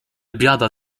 biada